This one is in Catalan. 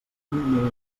mil